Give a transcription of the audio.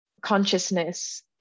consciousness